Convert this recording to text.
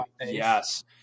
yes